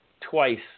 twice